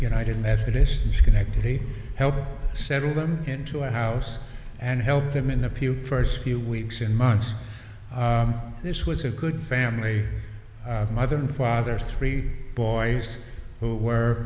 united methodist and schenectady helped settle them into a house and helped them in a few first few weeks and months this was a good family a mother and father three boys who were